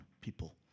people